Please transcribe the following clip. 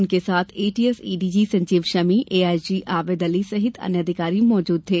उनके साथ ATS ADG Sanjeev Shami AIG Arvind Ali सहित अन्य अधिकारी मौजूद थे